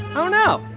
oh, no.